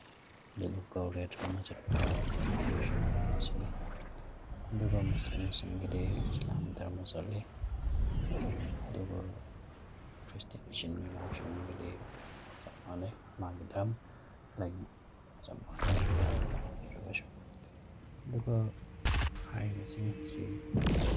ꯑꯗꯨꯒ ꯒꯧꯔ ꯙꯔꯃ ꯆꯠꯄ ꯃꯩꯇꯩꯁꯤꯡ ꯑꯁꯤꯅꯤ ꯑꯗꯨꯒ ꯃꯨꯁꯂꯤꯝꯁꯤꯡꯒꯤꯗꯤ ꯏꯁꯂꯥꯝ ꯙꯔꯃ ꯆꯠꯂꯤ ꯑꯗꯨꯒ ꯈ꯭ꯔꯤꯁꯇꯤꯌꯟ ꯏꯆꯤꯟ ꯏꯅꯥꯎꯁꯤꯡꯒꯤꯗꯤ ꯆꯞ ꯃꯥꯟꯅꯩ ꯃꯥꯒꯤ ꯙꯔꯃ ꯂꯥꯏꯅꯤꯡ ꯆꯞ ꯃꯥꯟꯅꯩ ꯙꯔꯃ ꯇꯣꯡꯉꯥꯟꯖꯔꯒꯁꯨ ꯑꯗꯨꯒ ꯍꯥꯏꯔꯤꯕꯁꯤꯡ ꯑꯁꯤ